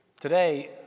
Today